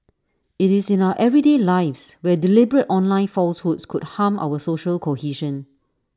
IT is in our everyday lives where deliberate online falsehoods could harm our social cohesion